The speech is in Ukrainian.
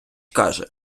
каже